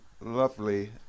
lovely